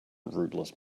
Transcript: rootless